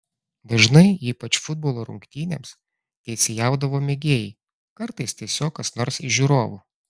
dažnai ypač futbolo rungtynėms teisėjaudavo mėgėjai kartais tiesiog kas nors iš žiūrovų